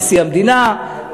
נשיא המדינה,